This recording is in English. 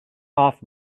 off